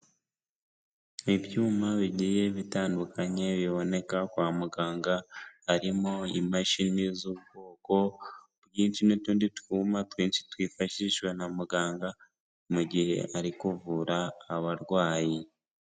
Ibyuma bigiye bitandukanye biboneka kwa muganga, harimo imashini z'ubwoko bwinshi n'utundi twuma twinshi twifashishwa na muganga, mu gihe ari kuvura abarwayi.